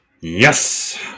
Yes